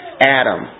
Adam